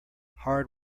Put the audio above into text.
hard